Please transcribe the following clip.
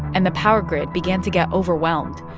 and the power grid began to get overwhelmed.